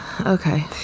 Okay